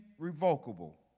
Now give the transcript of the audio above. irrevocable